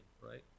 right